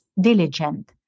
Diligent